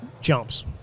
jumps